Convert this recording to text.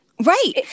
Right